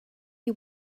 you